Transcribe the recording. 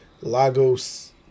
lagos